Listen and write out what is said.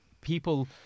people